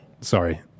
sorry